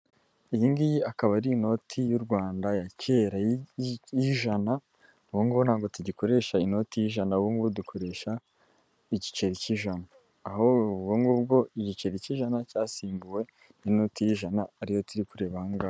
Iyi ngiyi akaba ari inoti y'u Rwanda ya kerajana, ubungu ntabwo tugikoresha inoti y'ijana ubungu dukoresha igiceri cy'ijana aho ubugubwo igiceri cy'ijana cyasimbuwe n'inoti y'ijana ariyo turi kure bangahe.